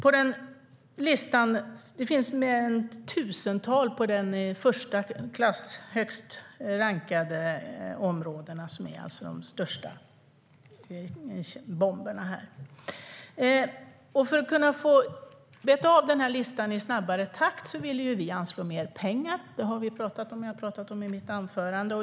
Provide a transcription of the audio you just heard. I listan finns ett tusental områden som är bland de högst rankade, där vi har de största miljöbomberna. För att kunna beta av listan i snabbare takt ville vi anslå mer pengar. Det har jag pratat om i mitt anförande.